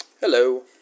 Hello